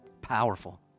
powerful